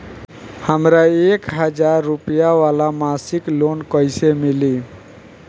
हमरा एक हज़ार रुपया वाला मासिक लोन कईसे मिली?